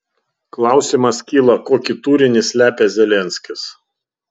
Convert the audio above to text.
klausimas kyla kokį turinį slepia zelenskis